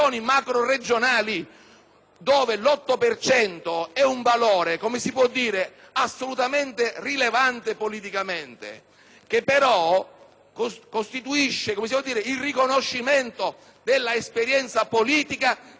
cento è un valore assolutamente rilevante politicamente, che però costituisce il riconoscimento dell'esperienza politica dei partiti territoriali.